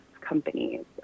companies